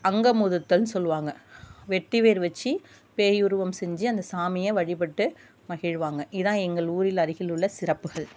அங்கம் உதிர்த்தல்ன்னு சொல்லுவாங்க வெட்டிவேர் வச்சு பேயுருவம் செஞ்சு அந்த சாமியை வழிப்பட்டு மகிழ்வாங்க இதான் எங்கள் ஊரில் அருகில் உள்ள சிறப்புகள்